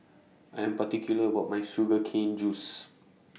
I'm particular about My Sugar Cane Juice